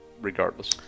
regardless